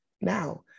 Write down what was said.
now